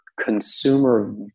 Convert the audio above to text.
consumer